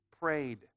prayed